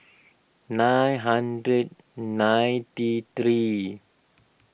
nine hundred ninety three